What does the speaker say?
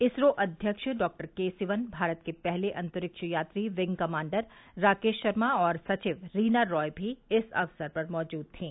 इसरो अध्यक्ष डॉक्टर के सिवन भारत के पहले अंतरिक्ष यात्री विंग कमांडर राकेश शर्मा और सचिव रीना रॉय भी इस अवसर पर मौजूद थीं